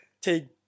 take